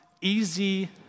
easy